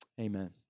Amen